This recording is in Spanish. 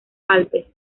alpes